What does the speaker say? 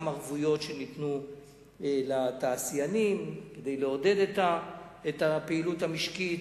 גם ערבויות שניתנו לתעשיינים כדי לעודד את הפעילות המשקית,